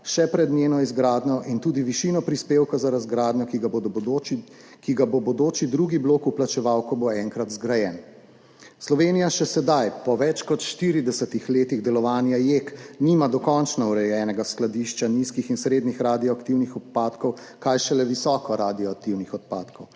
še pred njeno izgradnjo in tudi višino prispevka za razgradnjo, ki ga bo bodoči drugi blok plačeval, ko bo enkrat zgrajen. Slovenija še sedaj, po več kot 40 letih delovanja JEK, nima dokončno urejenega skladišča nizko- in srednjeradioaktivnih odpadkov, kaj šele visokoradioaktivnih odpadkov.